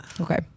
Okay